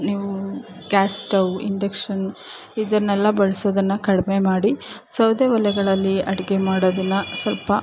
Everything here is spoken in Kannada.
ನೀವು ಗ್ಯಾಸ್ ಸ್ಟೌವ್ ಇಂಡಕ್ಷನ್ ಇದನ್ನೆಲ್ಲ ಬಳ್ಸೋದನ್ನು ಕಡಿಮೆ ಮಾಡಿ ಸೌದೆ ಒಲೆಗಳಲ್ಲಿ ಅಡುಗೆ ಮಾಡೋದನ್ನು ಸ್ವಲ್ಪ